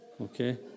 Okay